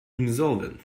insolvent